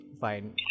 fine